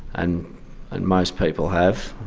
and and most people have.